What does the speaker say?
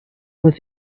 was